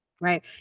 right